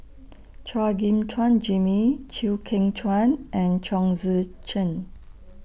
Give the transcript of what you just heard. Chua Gim Chuan Jimmy Chew Kheng Chuan and Chong Tze Chien